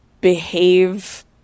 behave